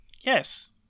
Yes